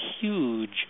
huge